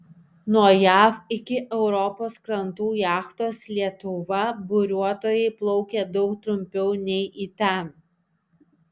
nuo jav iki europos krantų jachtos lietuva buriuotojai plaukė daug trumpiau nei į ten